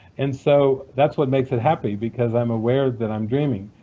and so that's what makes it happy, because i'm aware that i'm dreaming.